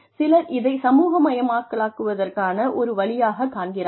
சிலர் இதை சமூகமயமாக்குவதற்கான ஒரு வழியாகக் காண்கிறார்கள்